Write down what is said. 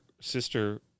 sister